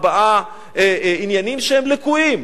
ארבעה עניינים שהם לקויים.